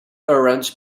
orange